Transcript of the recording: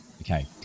Okay